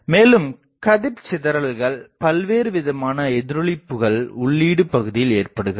மேலும் கதிர் சிதறல்கள் பல்வேறுவிதமான எதிரொளிப்புகள் உள்ளீடு பகுதியில் ஏற்படுகிறது